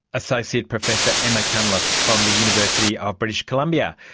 associate professor emma cunliffe from the university of british columbia.